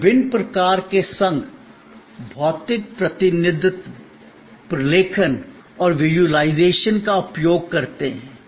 हम विभिन्न प्रकार के संघ भौतिक प्रतिनिधित्व प्रलेखन और विज़ुअलाइज़ेशन का उपयोग करते हैं